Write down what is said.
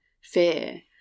fear